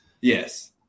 Yes